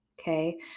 okay